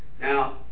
Now